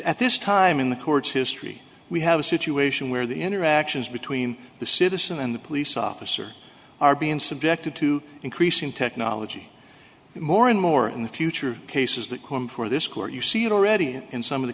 at this time in the court's history we have a situation where the interactions between the citizen and the police officer are being subjected to increasing technology more and more in the future cases that come for this court you see it already in some of the